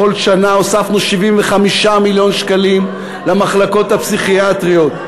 בכל שנה הוספנו 75 מיליון שקלים למחלקות הפסיכיאטריות.